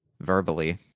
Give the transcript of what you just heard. verbally